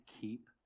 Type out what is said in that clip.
keep